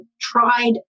tried